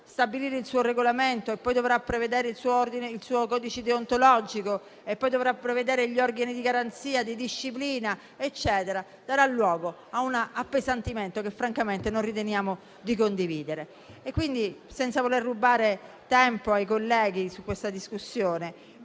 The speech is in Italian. stabilire il suo regolamento e poi dovrà prevedere il suo codice deontologico e gli organi di garanzia e disciplina - darà luogo a un appesantimento che non riteniamo di condividere. Senza voler rubare tempo ai colleghi su questa discussione,